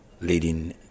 leading